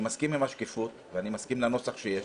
אני מסכים עם השקיפות ואני מסכים לנוסח שיש,